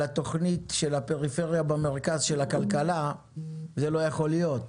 התוכנית של משרד הכלכלה זה לא יכול להיות.